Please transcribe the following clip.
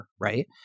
right